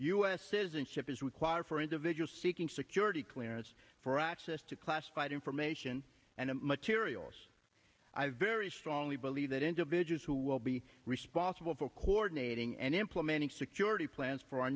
s citizenship is required for individuals seeking security clearance for access to classified information and materials i very strongly believe that individuals who will be responsible for coordinating and implementing security plans for our